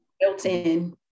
built-in